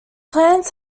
plants